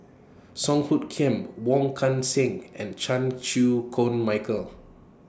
Song Hoot Kiam Wong Kan Seng and Chan Chew Koon Michael